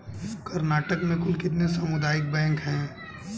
कर्नाटक में कुल कितने सामुदायिक बैंक है